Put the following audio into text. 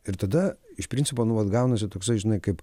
ir tada iš principo nu vat gaunasi toksai žinai kaip